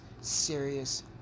serious